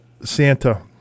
Santa